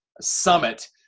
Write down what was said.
summit